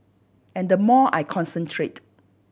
and the more I concentrate